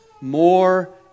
more